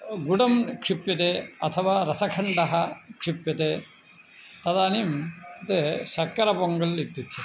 गुडं क्षिप्यते अथवा रसखण्डः क्षिप्यते तदानीं तत् शर्करपोङ्गल् इत्युच्यते